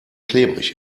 klebrig